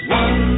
one